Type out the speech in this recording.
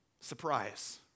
Surprise